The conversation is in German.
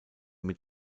mit